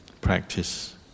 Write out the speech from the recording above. practice